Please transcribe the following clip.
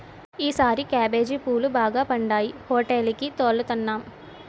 ఈసారి కేబేజీ పువ్వులు బాగా పండాయి హోటేలికి తోలుతన్నాం